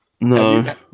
No